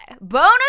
bonus